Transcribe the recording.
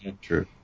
true